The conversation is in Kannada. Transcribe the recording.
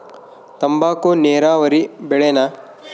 ತಂಬಾಕು ನೇರಾವರಿ ಬೆಳೆನಾ?